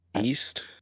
East